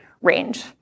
range